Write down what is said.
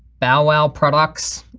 bowwow products.